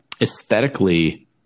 aesthetically